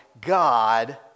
God